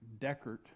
Deckert